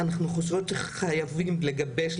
אנחנו חושבות שחייבים לגבש,